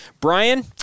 Brian